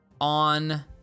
on